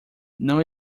não